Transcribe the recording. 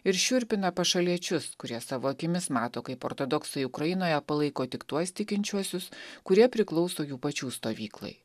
ir šiurpina pašaliečius kurie savo akimis mato kaip ortodoksai ukrainoje palaiko tik tuos tikinčiuosius kurie priklauso jų pačių stovyklai